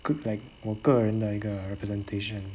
good like 我个人的一个 representation